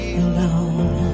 alone